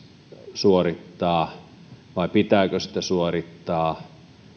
suorittaa vai pitääkö sitä suorittaa